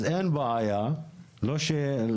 אז אין בעיה, לא שמישהו,